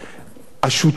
השותפים,